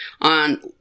on